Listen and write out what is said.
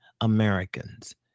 Americans